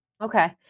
Okay